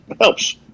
helps